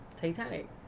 Titanic